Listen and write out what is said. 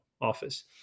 office